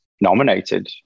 nominated